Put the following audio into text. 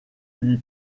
lui